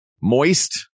moist